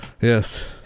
Yes